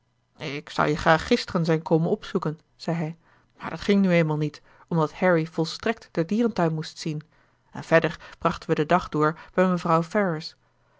ik zou je graag gisteren zijn komen opzoeken zei hij maar dat ging nu eenmaal niet omdat harry volstrekt den dierentuin moest zien en verder brachten we den dag door bij mevrouw